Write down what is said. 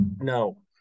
No